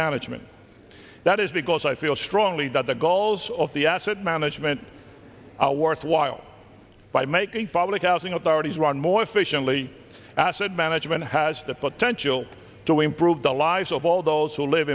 management that is because i feel strongly that the goals of the asset management are worthwhile by making public housing authorities run more efficiently asset management has the potential to improve the lives of all those who live